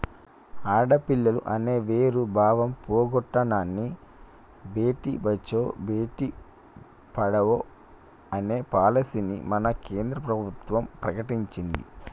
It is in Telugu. ఆడపిల్లలు అనే వేరు భావం పోగొట్టనని భేటీ బచావో బేటి పడావో అనే పాలసీని మన కేంద్ర ప్రభుత్వం ప్రకటించింది